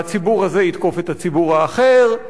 והציבור הזה יתקוף את הציבור האחר.